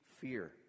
fear